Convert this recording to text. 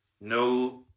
No